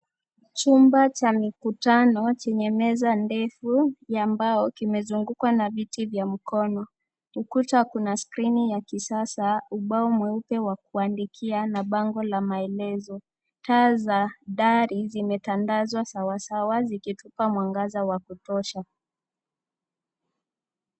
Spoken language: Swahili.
Chumba cha mikutano chenye meza ndefu ya mbao kimezungukwa na viti vya mkono. Ukuta kuna skrini ya kisasa, ubao mweupe wa kuandikia, na bango la maelezo. Taa za dari zimetandazwa sawasawa zikitoa mwangaza wa kutosha.